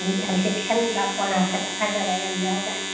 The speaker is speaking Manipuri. ꯌꯥꯝ ꯆꯦꯛꯁꯟꯕ ꯄꯣꯂꯥꯡ ꯐꯖ ꯐꯖꯕ ꯌꯥꯝ ꯌꯥꯎꯕꯖꯥꯠꯅꯤ